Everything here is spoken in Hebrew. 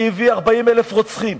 שהביא 40,000 רוצחים.